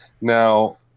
now